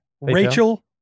Rachel